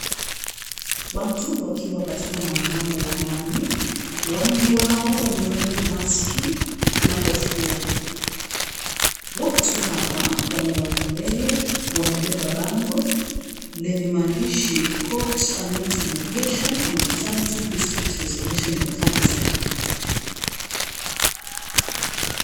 Watu wakiwa katika maandamano ya amani. Wengi wao wamevalia maski na kofia. Watu hawa wenye wako mbele wamebeba bango lenye maandishi " courts annexed mediation and alternative dispute resolution mechanism "